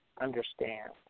understand